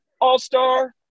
All-star